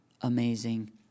amazing